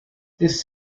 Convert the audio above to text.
this